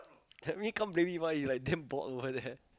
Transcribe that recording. that mean can't blame him he like damn bored over there